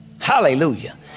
Hallelujah